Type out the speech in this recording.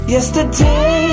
Yesterday